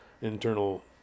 internal